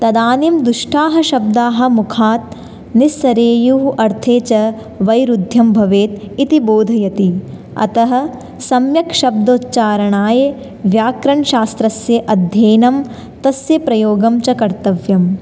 तदानीं दुष्टाः शब्दाः मुखात् निःसरेयुः अर्थे च वैरुद्ध्यं भवेत् इति बोधयति अतः सम्यक् शब्दोच्चारणाय व्याकरणशास्त्रस्य अध्ययनं तस्य प्रयोगं च कर्तव्यं